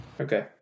okay